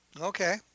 Okay